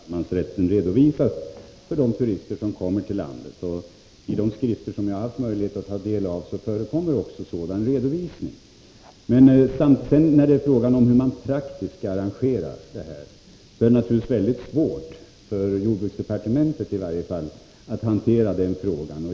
Herr talman! Det råder inga delade meningar mellan oss. Naturligtvis är det viktigt att också skyldigheterna i samband med allemansrätten redovisas för de turister som besöker landet. I de skrifter som jag har haft möjlighet att ta del av förekommer också sådan redovisning. När det sedan gäller hur man praktiskt skall utforma denna vill jag säga att det naturligtvis är svårt, i varje fall för jordbruksdepartementet, att hantera den frågan.